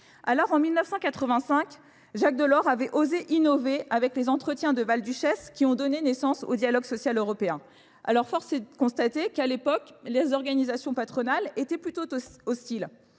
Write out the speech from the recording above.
Alors en 1985 Jacques Delors avait osé innover avec les entretiens de Val Duchesse qui ont donné naissance au dialogue social européen. Alors force est de constater qu'à l'époque les organisations patronales étaient plutôt hostiles